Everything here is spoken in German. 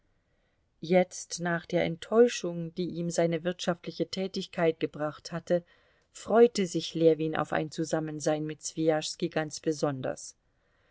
jetzt nach der enttäuschung die ihm seine wirtschaftliche tätigkeit gebracht hatte freute sich ljewin auf ein zusammensein mit swijaschski ganz besonders